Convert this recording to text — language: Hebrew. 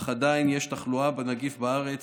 אך עדיין יש תחלואה בנגיף בארץ.